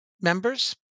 members